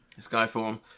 Skyform